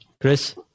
Chris